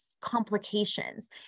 complications